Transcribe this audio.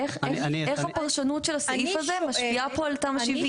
איך הפרשנות של הסעיף הזה משפיעה פה על תמ"א 70?